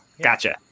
Gotcha